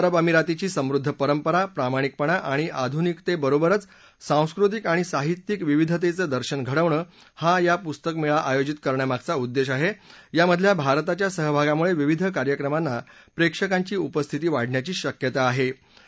संयुक्त अरब अमिरातची समृद्ध परंपरा प्रामाणिकपणा आणि आधुनिकतेबरोबरच सांस्कृतिक आणि साहित्यिक विविधतेचं दर्शन घडवणे हा या पुस्तक मेळा आयोजित करण्यामागचा उद्देश आहे यामधील भारताच्या सहभागामुळे विविध कार्यक्रमांना प्रेक्षकांची उपस्थिती वाढण्याची शक्यता आहे